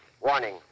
Warning